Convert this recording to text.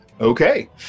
Okay